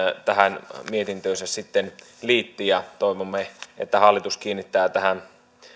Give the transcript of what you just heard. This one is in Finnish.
tähän mietintöönsä sitten liitti toivomme että hallitus kiinnittää tähän